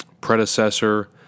predecessor